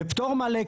ופטור מלא.